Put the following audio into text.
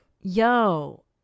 Yo